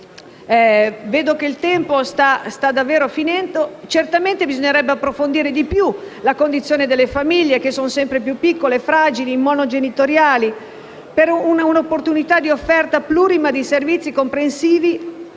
disposizione sta davvero finendo. Certamente si dovrebbero approfondire di più la condizione delle famiglie, che sono sempre più piccole, fragili e monogenitoriali, e l'opportunità di un'offerta plurima di servizi, comprensiva